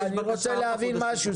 אני רוצה להבין משהו,